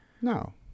No